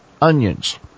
onions